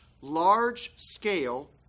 large-scale